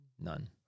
None